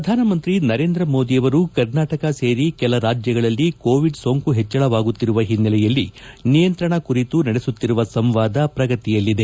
ಪ್ರಧಾನಮಂತ್ರಿ ನರೇಂದ್ರಮೋದಿ ಅವರು ಕರ್ನಾಟಕ ಸೇರಿ ಕೆಲ ರಾಜ್ಯಗಳಲ್ಲಿ ಕೋವಿಡ್ ಸೋಂಕು ಹೆಚ್ಚಳವಾಗುತ್ತಿರುವ ಓನ್ನೆಲೆಯಲ್ಲಿ ನಿಯಂತ್ರಣ ಕುರಿತು ನಡೆಸುತ್ತಿರುವ ಸಂವಾದ ಪ್ರಗತಿಯಲ್ಲಿದೆ